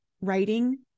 writing